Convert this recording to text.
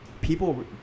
people